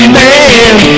man